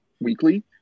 weekly